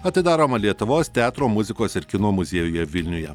atidaroma lietuvos teatro muzikos ir kino muziejuje vilniuje